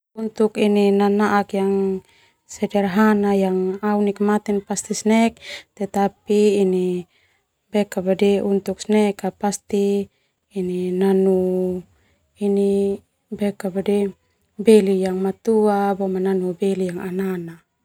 Nanaak yang sederhana au nikmati sona pasti snack tetapi untuk snack pasti nanu beli yang matua no harga ananan.